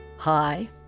Hi